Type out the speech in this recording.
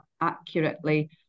accurately